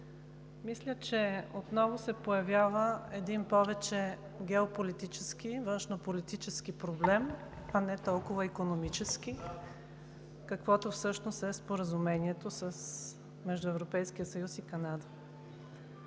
мисля, че отново се появява един повече геополитически, външнополитически проблем, а не толкова икономически, каквото всъщност е споразумението между